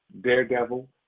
daredevil